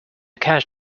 cash